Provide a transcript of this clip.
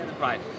right